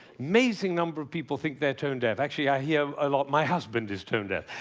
amazing number of people think they're tone-deaf. actually, i hear a lot, my husband is tone-deaf.